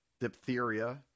diphtheria